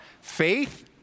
Faith